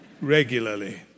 regularly